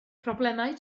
problemau